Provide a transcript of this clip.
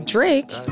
Drake